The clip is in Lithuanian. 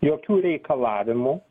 jokių reikalavimų